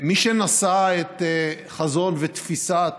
מי שנשא את החזון ואת תפיסת